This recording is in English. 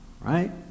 Right